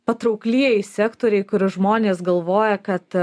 patrauklieji sektoriai kur žmonės galvoja kad